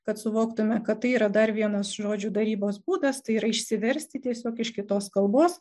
kad suvoktume kad tai yra dar vienas žodžių darybos būdas tai yra išsiversti tiesiog iš kitos kalbos